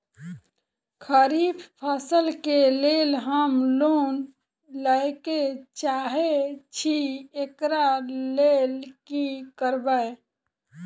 खरीफ फसल केँ लेल हम लोन लैके चाहै छी एकरा लेल की करबै?